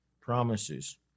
promises